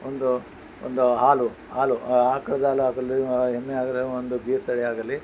ಒಂದು ಒಂದು ಹಾಲು ಹಾಲು ಆಕಳ್ನ ಹಾಲು ಆಗಲಿ ಎಮ್ಮೆ ಒಂದು ಗೀರ್ ತಳಿಯಾಗಲಿ